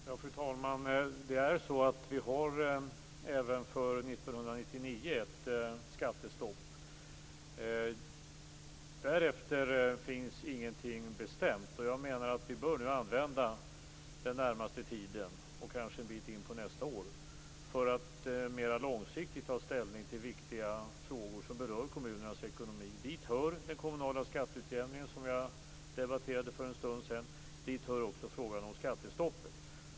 Fru talman! Det är så att vi även för 1999 har ett skattestopp. Därefter finns inget bestämt. Jag menar att vi nu bör använda den närmaste tiden, och kanske en bit in på nästa år, för att mer långsiktigt ta ställning till viktiga frågor som berör kommunernas ekonomi. Dit hör den kommunala skatteutjämningen som jag debatterade för en stund sedan. Dit hör också frågan om skattestoppet.